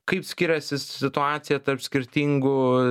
kaip skiriasi situacija tarp skirtingų